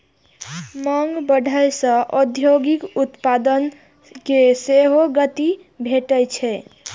मांग बढ़ै सं औद्योगिक उत्पादन कें सेहो गति भेटै छै